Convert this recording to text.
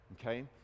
okay